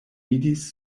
vidis